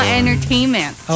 entertainment